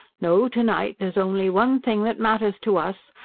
no, to-night there's only one thing that matters to us,